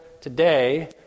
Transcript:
today